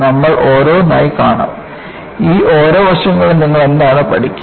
നമ്മൾ ഓരോന്നായി കാണും ഈ ഓരോ വശങ്ങളിലും നിങ്ങൾ എന്താണ് പഠിക്കുക